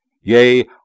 Yea